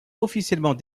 officiellement